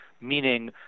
meaning